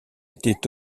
étaient